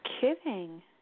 kidding